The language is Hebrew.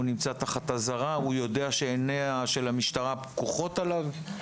תחת אזהרה ויודע שעייני המשטרה פקוחות לעברו?